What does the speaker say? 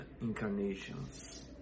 incarnations